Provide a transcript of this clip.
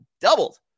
doubled